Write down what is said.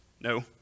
No